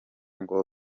ngo